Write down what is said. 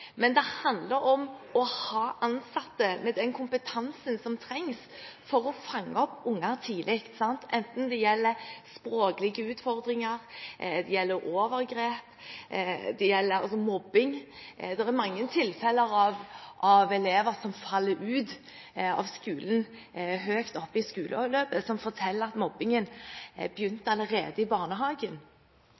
men det handler om å ha ansatte med den kompetansen som trengs for å fange opp unger tidlig – enten det gjelder språklige utfordringer, det gjelder overgrep, eller det gjelder mobbing. Det er mange tilfeller av elever som faller ut av skolen høyt oppe i skoleløpet, som forteller at mobbingen begynte allerede i barnehagen,